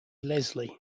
leslie